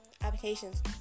applications